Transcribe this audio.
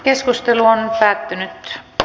keskustelu päättyi